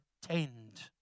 pretend